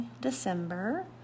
December